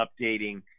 updating